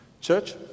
Church